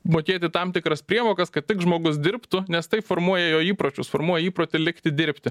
mokėti tam tikras priemokas kad tik žmogus dirbtų nes tai formuoja jo įpročius formuoja įprotį likti dirbti